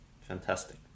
Fantastic